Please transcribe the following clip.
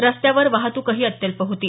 रस्त्यावर वाहतुकही अत्यल्प होती